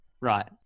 right